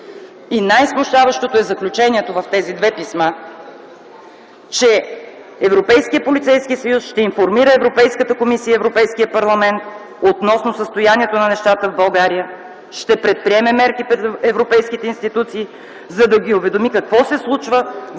Най-смущаващото е заключението в тези две писма, че Европейският полицейски съюз ще информира Европейската комисия и Европейския парламент относно състоянието на нещата в България. Ще предприеме мерки пред европейските институции, за да ги уведоми какво се случва в процеса